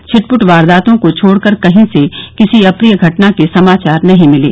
छिटपुट वारदातों को छोड़कर कहीं से किसी अप्रिय घटना के समाचार नहीं मिले